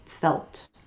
felt